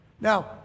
Now